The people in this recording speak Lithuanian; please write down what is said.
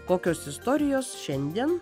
kokios istorijos šiandien